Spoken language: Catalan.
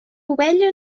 ovella